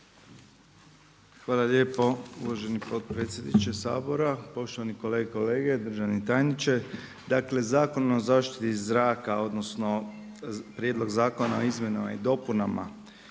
Hvala lijepo uvaženi potpredsjedniče Sabora. Poštovani kolegice i kolege, državni tajniče, dakle Zakon o zaštiti zraka odnosno, prijedlog Zakona o izmjenama i dopunama